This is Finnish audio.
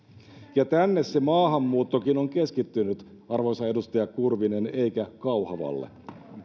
ja tänne se maahanmuuttokin on keskittynyt arvoisa edustaja kurvinen eikä kauhavalle